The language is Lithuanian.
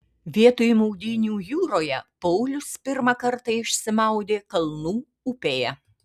vietoj maudynių jūroje paulius pirmą kartą išsimaudė kalnų upėje